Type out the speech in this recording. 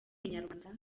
inyarwanda